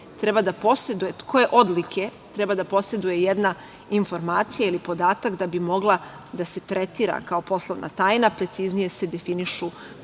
treba da poseduje jedna informacija ili podatak da bi mogla da se tretira kao poslovna tajna, preciznije se definišu